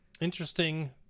Interesting